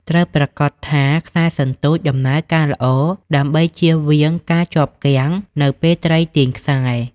ត្រូវប្រាកដថា ខ្សែសន្ទូច ដំណើរការល្អដើម្បីជៀសវាងការជាប់គាំង នៅពេលត្រីទាញខ្សែ។